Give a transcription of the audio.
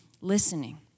listening